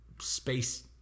space